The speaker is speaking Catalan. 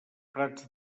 prats